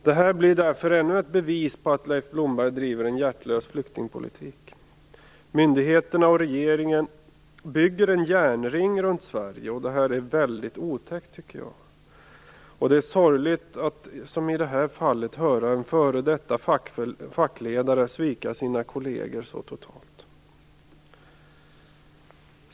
Det här blir därför ännu ett bevis på att Leif Blomberg driver en hjärtlös flyktingpolitik. Myndigheterna och regeringen bygger en järnring runt Sverige, och det är väldigt otäckt, tycker jag. Det är sorgligt att som i det här fallet höra en f.d. fackledare svika sina kolleger så totalt.